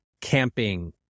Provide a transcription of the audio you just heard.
camping